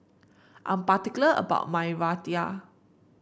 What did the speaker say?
I'm particular about my Raita